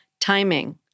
timing